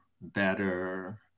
better